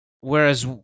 Whereas